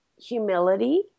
Humility